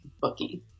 booking